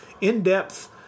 in-depth